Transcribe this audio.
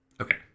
Okay